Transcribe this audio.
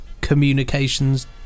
communications